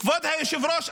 כבוד היושב-ראש,